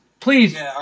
Please